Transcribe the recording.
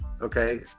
okay